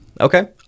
Okay